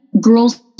girls